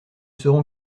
serons